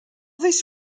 this